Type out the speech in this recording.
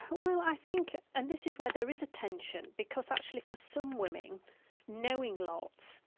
ah well, i think, and this is where there is a tension because actually for some women knowing lots,